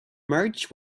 march